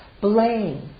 Blame